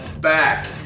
back